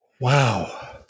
wow